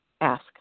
ask